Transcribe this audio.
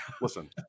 listen